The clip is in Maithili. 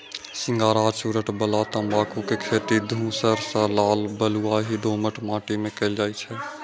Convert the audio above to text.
सिगार आ चुरूट बला तंबाकू के खेती धूसर सं लाल बलुआही दोमट माटि मे कैल जाइ छै